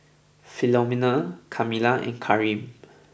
Philomene Kamilah and Kareem